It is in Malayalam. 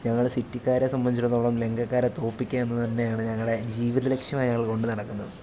ഞങ്ങൾ സിറ്റിക്കാരെ സംബന്ധിച്ചിടത്തോളം ലങ്കക്കാരെ തോൽപ്പിക്കുക എന്നത് തന്നെയാണ് ഞങ്ങളുടെ ജീവിതലക്ഷ്യമായി ഞങ്ങൾ കൊണ്ടു നടക്കുന്നത്